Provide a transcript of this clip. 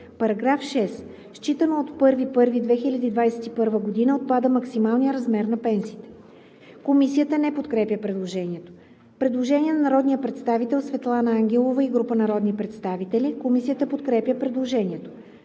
„§ 6. Считано от 01.01.2021 г. отпада максималният размер на пенсиите.“ Комисията не подкрепя предложението. Предложение на народния представител Светлана Ангелова и група народни представители. Комисията подкрепя предложението.